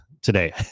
today